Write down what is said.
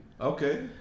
Okay